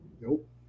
Nope